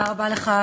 תודה רבה לך,